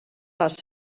les